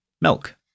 milk